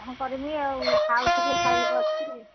କ'ଣ କରିବି ଆଉ ଖାଉଥିଲେ ଖାଇ ବସିଛି